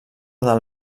del